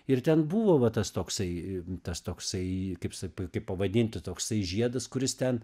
ir ten buvo va tas toksai tas toksai kaip sa kaip pavadinti toksai žiedas kuris ten